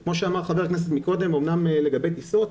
וכמו שאמר חבר הכנסת קודם, אומנם לגבי טיסות,